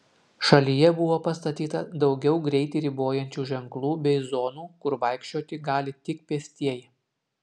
šalyje buvo pastatyta daugiau greitį ribojančių ženklų bei zonų kur vaikščioti gali tik pėstieji